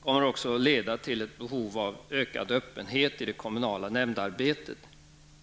kommer också att leda till ett behov av ökad öppenhet i det kommunala nämndarbetet.